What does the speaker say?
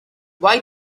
why